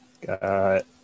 Got